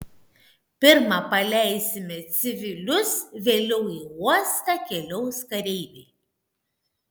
pirma paleisime civilius vėliau į uostą keliaus kareiviai